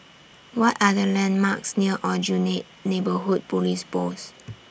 What Are The landmarks near Aljunied Neighbourhood Police Post